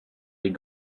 les